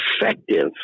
effective